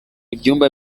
ibyumba